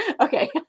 Okay